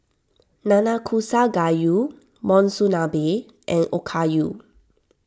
Nanakusa Gayu Monsunabe and Okayu